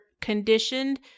conditioned